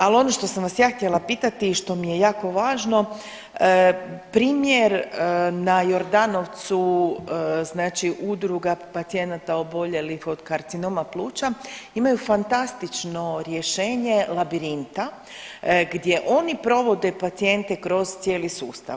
Al ono što sam vas ja htjela pitati i što mi je jako važno primjer na Jordanovcu znači Udruga pacijenata oboljelih od karcinoma pluća imaju fantastično rješenje labirinta gdje oni provode pacijente kroz cijeli sustav.